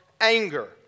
anger